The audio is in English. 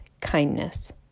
kindness